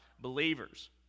believers